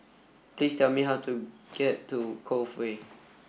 please tell me how to get to Cove Way